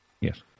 Yes